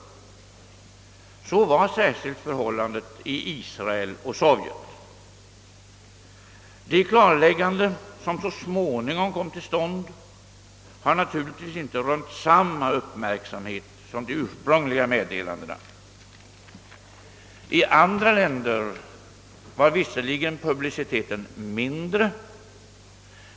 Så var särskilt förhållandet i Israel och Sovjet. De klarlägganden, som så småningom kom till stånd, har naturligtvis inte rönt samma uppmärksamhet som de ursprungliga meddelandena. I andra länder var visserligen publiciteten mindre.